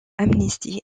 amnistie